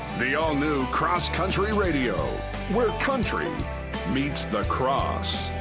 the all-new cross country radio where country meets the cross.